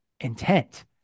intent